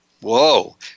Whoa